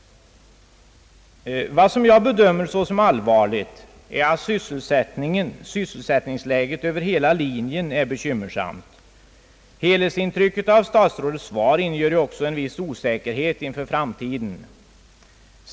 Vad jag bedömer såsom allvarligt är att sysselsättningsläget över hela linjen är bekymmersamt. Helhetsintrycket av statsrådets svar inger ju också en viss känsla av osäkerhet inför framtiden.